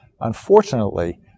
Unfortunately